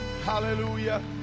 Hallelujah